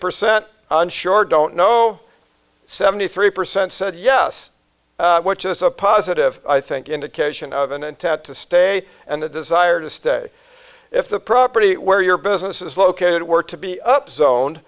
percent unsure don't know seventy three percent said yes which is a positive i think indication of an intent to stay and the desire to stay if the property where your business is located were to be up